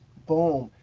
boom,